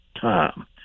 time